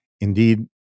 Indeed